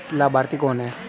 लाभार्थी कौन है?